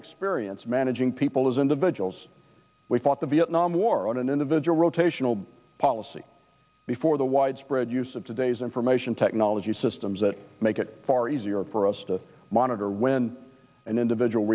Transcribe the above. experience managing people as individuals we fought the vietnam war on an individual rotational policy before the widespread use of today's information technology systems that make it far easier to monitor when an individual